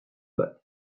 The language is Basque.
bat